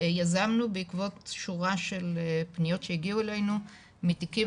יזמנו בעקבות שורה של פניות שהגיעו אלינו מתיקים